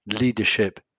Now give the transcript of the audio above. Leadership